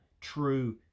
true